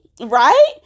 right